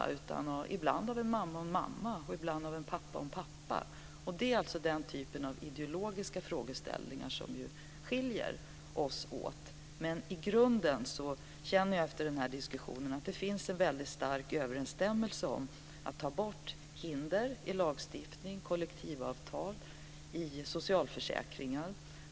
Den består ibland av en mamma och en mamma och ibland av en pappa och en pappa. Det är den typen av ideologiska frågeställningar som skiljer oss åt. I grunden känner jag efter den här diskussionen att det finns en väldig stark överensstämmelse om att ta bort hinder i lagstiftning, kollektivavtal och socialförsäkringar.